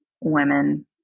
women